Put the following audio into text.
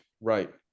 Right